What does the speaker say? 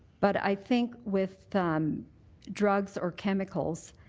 but i think with drugs or chemicals